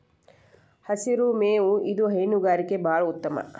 ಹಸಿರು ಮೇವು ಇದು ಹೈನುಗಾರಿಕೆ ಬಾಳ ಉತ್ತಮ